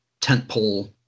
tentpole